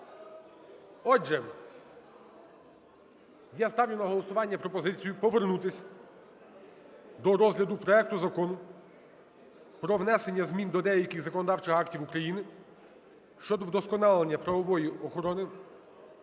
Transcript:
Отже, я ставлю на голосування пропозицію повернутись до розгляду проекту Закону про внесення змін до деяких законодавчих актів України щодо вдосконалення правової охорони